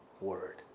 word